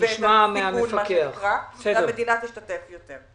ואת הסיכון, והמדינה תשתתף יותר.